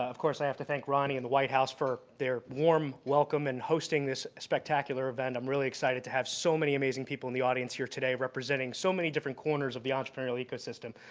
ah of course i have to thank ronnie and the white house for their warm welcome in hosting this spectacular event. i'm really excited to have so many amazing people in the audience here today representing so many different corners of the entrepreneurial ecosystem.